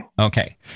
Okay